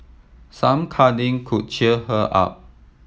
some cuddling could cheer her up